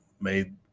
made –